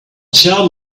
tell